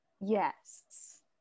Yes